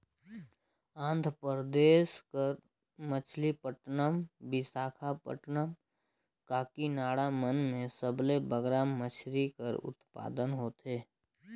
आंध्र परदेस कर मछलीपट्टनम, बिसाखापट्टनम, काकीनाडा मन में सबले बगरा मछरी कर उत्पादन होथे